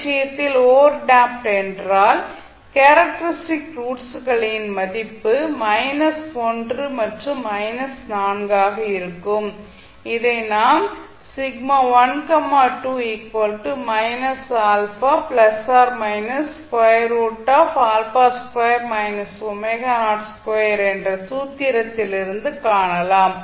இந்த விஷயத்தில் overdamped என்றால் கேரக்டரிஸ்டிக் ரூட்ஸ் களின் மதிப்பு 1 மற்றும் 4 ஆக இருக்கும் இதை நாம் என்ற சூத்திரத்திலிருந்து காணலாம்